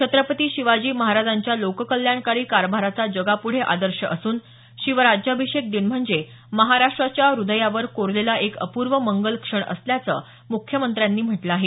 छत्रपती शिवाजी महाराजांच्या लोककल्याणकारी कारभाराचा जगापुढे आदर्श असून शिवराज्याभिषेक दिन म्हणजे महाराष्ट्राच्या हृदयावर कोरलेला एक अपूर्व मंगल क्षण असल्याचं मुख्यमंत्र्यांनी म्हटलं आहे